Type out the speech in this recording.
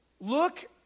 look